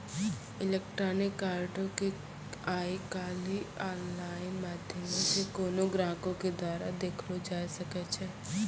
electronic कार्डो के आइ काल्हि आनलाइन माध्यमो से कोनो ग्राहको के द्वारा देखलो जाय सकै छै